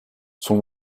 son